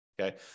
okay